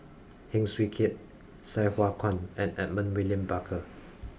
Heng Swee Keat Sai Hua Kuan and Edmund William Barker